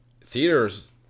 theaters